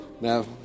Now